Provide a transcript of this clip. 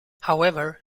however